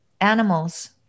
animals